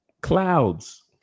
Clouds